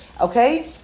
okay